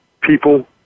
people